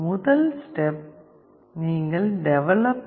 முதல் ஸ்டெப் நீங்கள் டெவலப்பர்